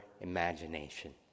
imagination